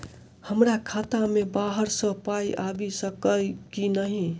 हमरा खाता मे बाहर सऽ पाई आबि सकइय की नहि?